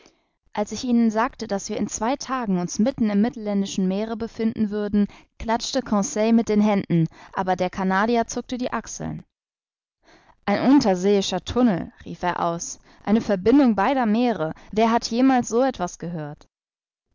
als ich ihnen sagte daß wir in zwei tagen uns mitten im mittelländischen meere befinden würden klaschte conseil mit den händen aber der canadier zuckte die achseln ein unterseeischer tunnel rief er aus eine verbindung beider meere wer hat jemals so etwas gehört